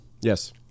Yes